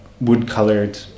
wood-colored